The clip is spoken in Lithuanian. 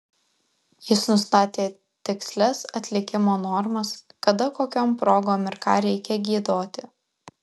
jis nustatė tikslias atlikimo normas kada kokiom progom ir ką reikia giedoti